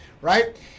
right